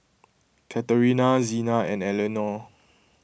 Katharina Xena and Elenore